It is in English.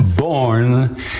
Born